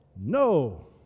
No